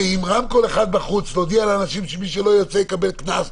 עם רמקול אחד בחוץ להודיע לאנשים שמי שלא יוצא יקבל קנס,